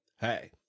Hey